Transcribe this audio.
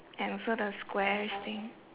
and also the squarish thing